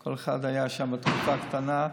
כל אחד היה שם תקופה קצרה,